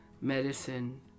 medicine